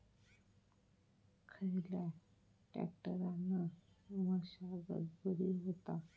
खयल्या ट्रॅक्टरान मशागत बरी होता?